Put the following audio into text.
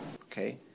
Okay